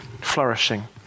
flourishing